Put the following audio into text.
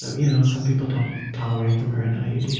but you know some people don't tolerate the mirena iud.